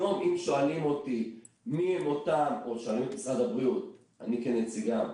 היום אם שואלים את משרד הבריאות ואני כנציגם,